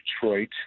Detroit